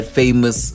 famous